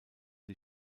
die